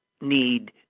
need